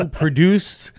produced